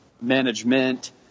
management